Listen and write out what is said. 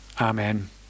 amen